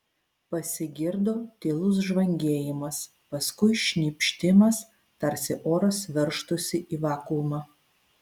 pasigirdo tylus žvangėjimas paskui šnypštimas tarsi oras veržtųsi į vakuumą